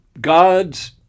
God's